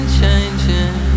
changing